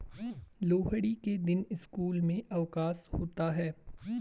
लोहड़ी के दिन स्कूल में अवकाश होता है